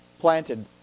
planted